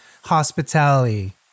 hospitality